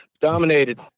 dominated